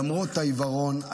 למרות העיוורון,